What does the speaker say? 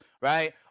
Right